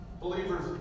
believers